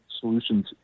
solutions